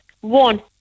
one